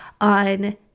on